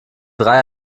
drei